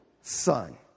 son